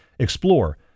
Explore